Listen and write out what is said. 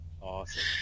Awesome